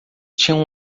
tinham